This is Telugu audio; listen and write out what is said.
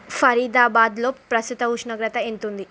ఫరీదాబాద్లో ప్రస్తుతం ఉష్ణోగ్రత ఎంతుంది